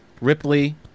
Ripley